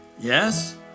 Yes